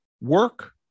work